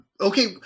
Okay